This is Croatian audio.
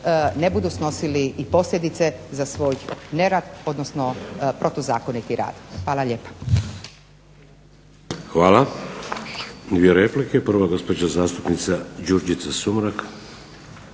ne budu snosili posljedice za svoj nerad odnosno protuzakoniti rad. Hvala lijepa.